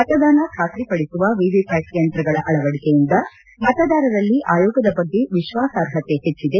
ಮತದಾನ ಖಾತ್ರಿಪದಿಸುವ ವಿವಿಪ್ಯಾಟ್ ಯಂತ್ರಗಳ ಅಳವಡಿಕೆಯಿಂದ ಮತದಾರರಲ್ಲಿ ಆಯೋಗದ ಬಗ್ಗೆ ವಿಶ್ವಾಸಾರ್ಹತೆ ಹೆಚ್ಚಿದೆ